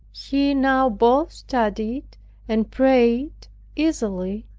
he now both studied and prayed easily,